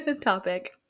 topic